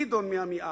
לגדעון מעמיעד,